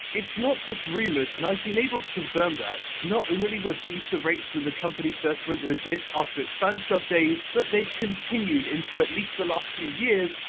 it's not just rumours, and i've been able to confirm that. not only were these the rates when the company first went legit after its fansub days, but they've continued into at least the last few years,